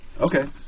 Okay